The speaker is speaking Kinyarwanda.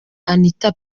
anita